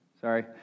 sorry